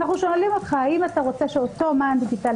אנחנו שואלים אותך האם אתה רוצה שאותו מען דיגיטלי